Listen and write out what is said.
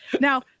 Now